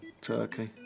Turkey